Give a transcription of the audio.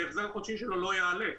ההחזר החודשי שלו לא יעלה.